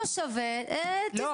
לא שווה, תסגור.